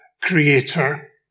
creator